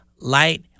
light